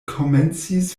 komencis